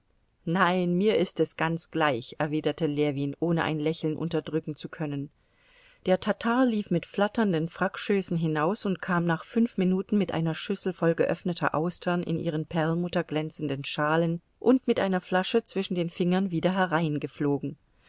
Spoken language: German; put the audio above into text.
nein mir ist es ganz gleich erwiderte ljewin ohne ein lächeln unterdrücken zu können der tatar lief mit flatternden frackschößen hinaus und kam nach fünf minuten mit einer schüssel voll geöffneter austern in ihren perlmutterglänzenden schalen und mit einer flasche zwischen den fingern wieder